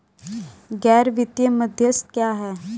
गैर वित्तीय मध्यस्थ क्या हैं?